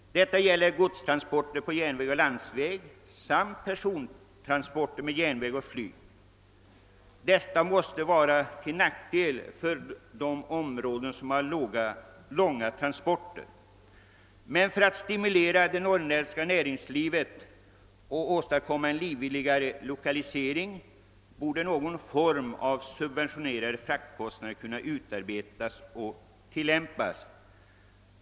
Detta gäller godstransport på järnväg och landsväg samt persontransport med järnväg och flyg. Det måste vara till nackdel för de områden som har långa transporter. För att stimulera det norrländska näringslivet och åstadkomma en livligare lokalisering borde någon form av subventionerade fraktkostnader tillämpas.